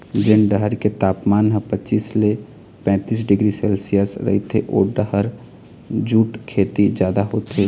जेन डहर के तापमान ह पचीस ले पैतीस डिग्री सेल्सियस रहिथे ओ डहर जूट खेती जादा होथे